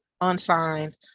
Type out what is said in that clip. unsigned